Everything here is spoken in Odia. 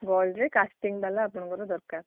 ଗୋଲ୍ଡରେ କାଷ୍ଟିଙ୍ଗ ବାଲା ଆପଣଙ୍କର ଦରକାର